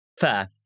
Fair